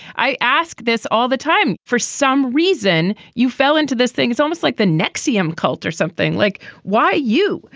i ask this all the time for some reason you fell into this thing it's almost like the nexium cult or something like why you.